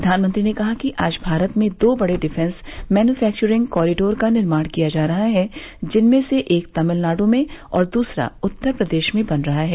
प्रधानमंत्री ने कहा कि आज भारत में दो बड़े डिफेंस मैन्युफैक्चरिंग कॉरिडोर का निर्माण किया जा रहा है जिसमें से एक तमिलनाड़ में और दूसरा उत्तर प्रदेश में बन रहा है